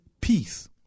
Peace